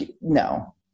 no